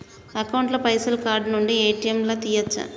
Account ల పైసల్ card నుండి ఏ.టి.ఎమ్ లా తియ్యచ్చా?